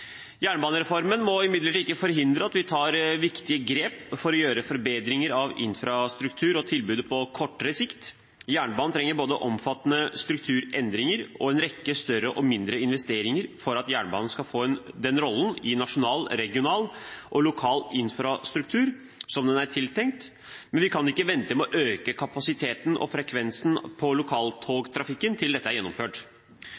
Jernbanereformen må imidlertid ikke forhindre at vi tar viktige grep for å gjøre forbedringer av infrastruktur og tilbudet på kortere sikt. Jernbanen trenger både omfattende strukturendringer og en rekke større og mindre investeringer for at jernbanen skal få den rollen i nasjonal, regional og lokal infrastruktur som den er tiltenkt, men vi kan ikke vente med å øke kapasiteten og frekvensen på lokaltogtrafikken til dette er gjennomført.